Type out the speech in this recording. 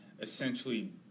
essentially